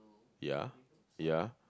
ya